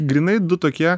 grynai du tokie